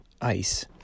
ice